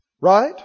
Right